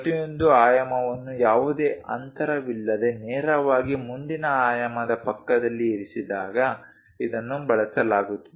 ಪ್ರತಿಯೊಂದು ಆಯಾಮವನ್ನು ಯಾವುದೇ ಅಂತರವಿಲ್ಲದೆ ನೇರವಾಗಿ ಮುಂದಿನ ಆಯಾಮದ ಪಕ್ಕದಲ್ಲಿ ಇರಿಸಿದಾಗ ಇದನ್ನು ಬಳಸಲಾಗುತ್ತದೆ